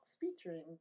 featuring